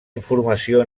informació